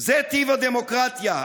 // זה טיב הדמוקרטיה.